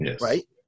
right